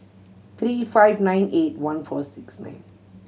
three five nine eight one four six nine